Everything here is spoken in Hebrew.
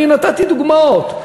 אני נתתי דוגמאות.